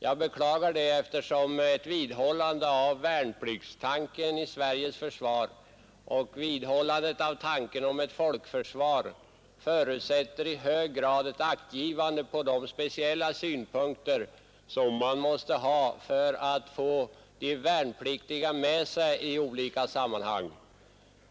Jag beklagar det, eftersom ett vidhållande av värnpliktstanken i Sveriges försvar och av tanken på ett folkförsvar i hög grad förutsätter ett aktgivande på de speciella synpunkter som måste tillgodoses för att man skall få de värnpliktiga med sig i olika sammanhang.